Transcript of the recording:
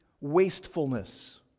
wastefulness